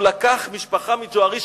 הוא לקח משפחה מג'ואריש,